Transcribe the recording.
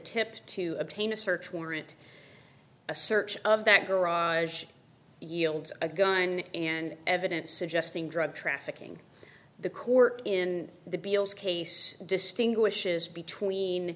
tip to obtain a search warrant a search of that garage yields a gun and evidence suggesting drug trafficking the court in the beales case distinguishes between